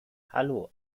hallo